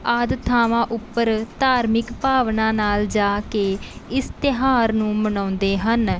ਆਦਿ ਥਾਵਾਂ ਉੱਪਰ ਧਾਰਮਿਕ ਭਾਵਨਾ ਨਾਲ ਜਾ ਕੇ ਇਸ ਤਿਉਹਾਰ ਨੂੰ ਮਨਾਉਂਦੇ ਹਨ